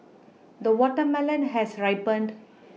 the watermelon has ripened